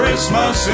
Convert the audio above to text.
Christmas